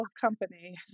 company